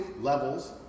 levels